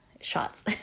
shots